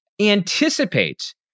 anticipate